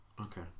okay